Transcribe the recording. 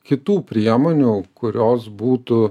kitų priemonių kurios būtų